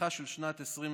פתחה של שנת 2021,